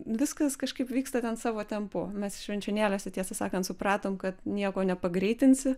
viskas kažkaip vyksta ten savo tempu mes švenčionėliuose tiesą sakant supratom kad nieko nepagreitinsi